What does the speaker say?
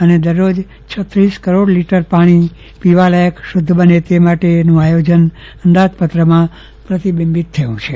અને દરરોજ ઉપ કરોડ લીટર પાણી પીવાલાયક શુધ્ધ બને તે માટેનું આયોજન અંદાજપત્રમાં પ્રતિબંધીત થયું છે